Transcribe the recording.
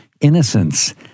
Innocence